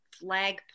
flag